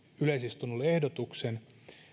yleisistunnolle ehdotuksen